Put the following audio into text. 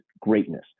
greatness